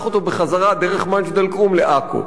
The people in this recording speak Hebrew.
אותו בחזרה דרך מג'ד-אל-כרום לעכו?